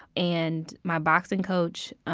and my boxing coach,